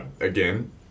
again